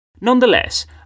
Nonetheless